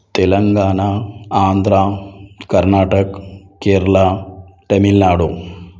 Telangana Andhra Karnataka Kerala Tamil Nadu